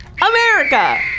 America